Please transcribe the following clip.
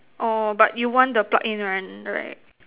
orh but you want the plug in one right